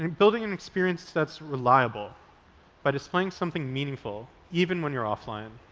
and building an experience that's reliable by displaying something meaningful, even when you're offline,